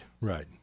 right